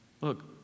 Look